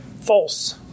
false